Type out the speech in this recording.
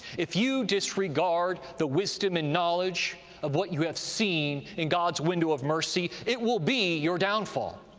if you disregard the wisdom and knowledge of what you have seen in god's window of mercy, it will be your downfall,